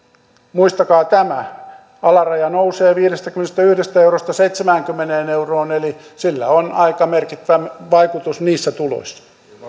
muistakaa tämä alaraja nousee viidestäkymmenestäyhdestä eurosta seitsemäänkymmeneen euroon eli sillä on aika merkittävä vaikutus niissä tuloissa